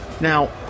Now